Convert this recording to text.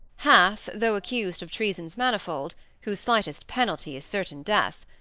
hath, though accused of treasons manifold, whose slightest penalty is certain death,